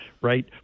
right